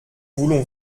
voulons